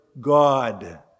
God